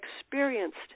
experienced